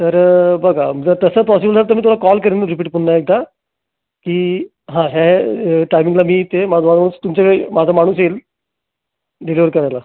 तर बघा जर तसं पॉसिबल झालं तर मी तुम्हाला कॉल करेन मी रिपीट पुन्हा एकदा की हां ह्या टायमिंगला मी इथे माझा माणूस तुमचा कडं माझा माणूस येईल डिलिवरी करायला